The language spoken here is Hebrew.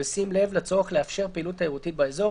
בשים לב לצורך לאפשר פעילות תיירותית באזור,